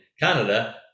Canada